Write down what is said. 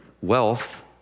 wealth